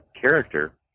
character